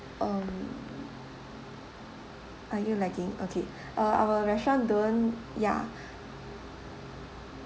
um are you lagging okay uh our restaurant don't ya